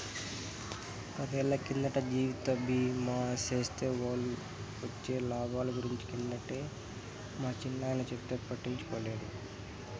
పదేళ్ళ కిందట జీవిత బీమా సేస్తే వొచ్చే లాబాల గురించి కిందటే మా చిన్నాయన చెప్తే పట్టించుకోలే